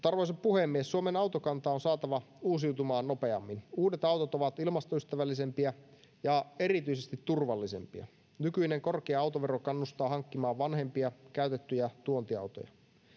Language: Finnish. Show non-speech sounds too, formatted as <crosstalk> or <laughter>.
<unintelligible> arvoisa puhemies suomen autokanta on saatava uusiutumaan nopeammin uudet autot ovat ilmastoystävällisempiä ja erityisesti turvallisempia nykyinen korkea autovero kannustaa hankkimaan vanhempia käytettyjä tuontiautoja